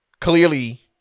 Clearly